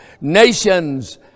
nations